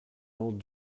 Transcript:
old